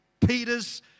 Peter's